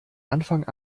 anfang